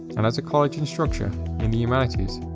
and as a college instructor in the humanities,